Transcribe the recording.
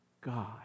God